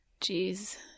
Jeez